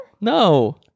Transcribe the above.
No